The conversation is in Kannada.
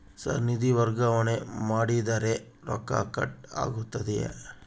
ಸರ್ ನಿಧಿ ವರ್ಗಾವಣೆ ಮಾಡಿದರೆ ರೊಕ್ಕ ಕಟ್ ಆಗುತ್ತದೆಯೆ?